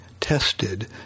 tested